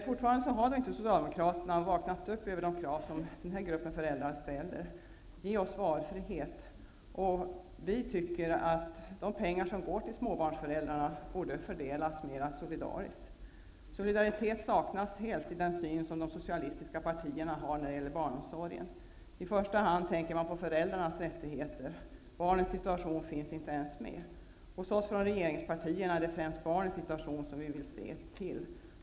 Socialdemokraterna har ännu inte vaknat upp när det gäller de krav som en grupp föräldrar ställt: ge oss valfrihet. Vi tycker att de pengar som går till småbarnsföräldrarna skall fördelas mer solidariskt. Solidaritet saknas helt i de socialistiska partiernas syn på barnomsorgen. Man tänker i första hand på föräldrarnas rättigheter; barnens situation nämns inte. Vi i regeringspartierna vill främst se till barnens situation.